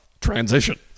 transition